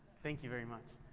thank you very much.